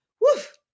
Woof